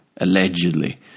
allegedly